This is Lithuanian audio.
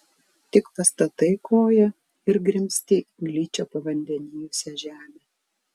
tik pastatai koją ir grimzti į gličią pavandenijusią žemę